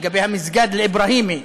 לגבי המסגד אל-אברהימי,